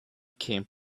came